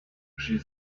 she